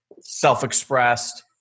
self-expressed